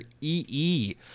EE